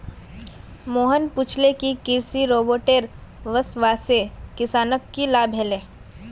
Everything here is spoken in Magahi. मोहन पूछले कि कृषि रोबोटेर वस्वासे किसानक की लाभ ह ले